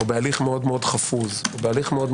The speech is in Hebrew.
או בהליך מאוד חפוז ותמוה,